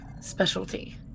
specialty